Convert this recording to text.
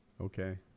Okay